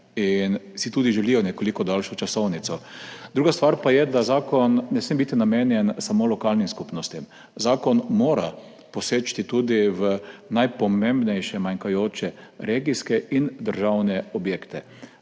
in si tudi želijo nekoliko daljšo časovnico. Druga stvar pa je, da zakon ne sme biti namenjen samo lokalnim skupnostim. Zakon mora poseči tudi v najpomembnejše manjkajoče regijske in državne objekte.